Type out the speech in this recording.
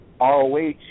ROH